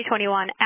2021